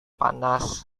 panas